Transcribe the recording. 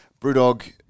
Brewdog